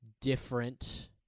different –